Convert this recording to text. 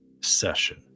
session